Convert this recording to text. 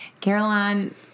Caroline